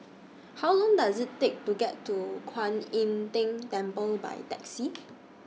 How Long Does IT Take to get to Kwan Im Tng Temple By Taxi